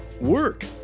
work